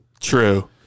true